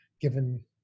given